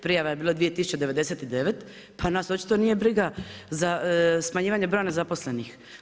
Prijave je bilo 2099, pa nas očito nije briga za smanjivanje broja nezaposlenih.